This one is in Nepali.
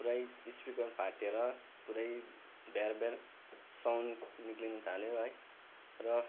पुरै स्पिकर फाटिएर पुरै भ्यार भ्यार साउन्ड निक्लिन थाल्यो है र